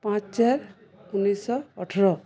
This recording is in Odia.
ପାଞ୍ଚ ଚାରି ଉଣେଇଶିଶହ ଅଠର